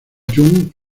young